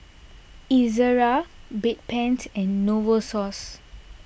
Ezerra Bedpans and Novosource